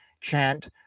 chant